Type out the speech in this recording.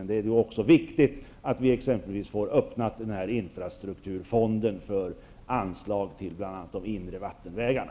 Det är emellertid viktigt att vi får exempelvis infrastrukturfonden öppnad för kunna få anslag till bl.a. de inre vattenvägarna.